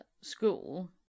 school